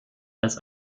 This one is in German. als